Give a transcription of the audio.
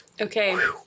Okay